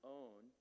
own